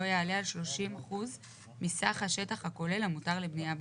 יעלה על 30% מסך השטח הכולל המותר לבנייה במגרש,